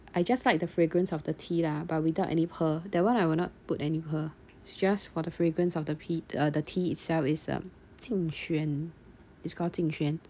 I just like the fragrance of the tea lah but without any pearl that one I will not put any pearl just for the fragrance of the pea uh the tea itself is um 金萱 is called 金萱